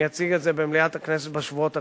אני אציג את זה במליאת הכנסת בשבועות הקרובים,